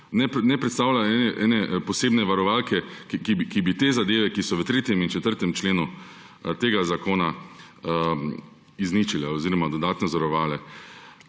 ne predstavlja ene posebne varovalke, ki bi te zadeve, ki so v 3. in 4. členu tega zakona izničile oziroma dodatno zavarovale.